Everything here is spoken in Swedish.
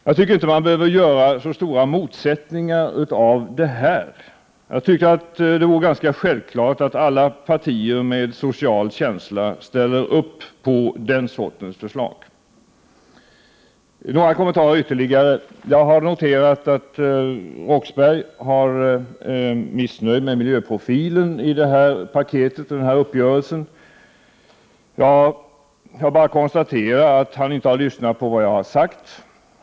Jag tycker inte att man behöver göra så stora motsättningar av detta. Jag tycker att det borde vara ganska självklart att alla partier med social känsla ställer upp på den sortens förslag. Några ytterligare kommentarer. Jag har noterat att Claes Roxbergh är missnöjd med miljöprofilen i den här uppgörelsen. Jag bara konstaterar att han inte har lyssnat på vad jag har sagt.